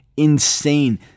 Insane